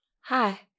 Hi